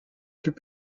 plus